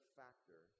factor